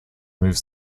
moves